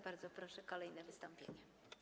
Bardzo proszę, kolejne wystąpienie.